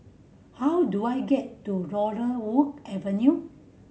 how do I get to Laurel Wood Avenue